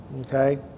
Okay